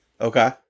Okay